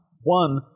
one